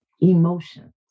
Emotions